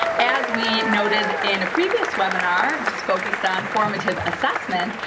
as we noted in a previous webinar just focused on formative assessment,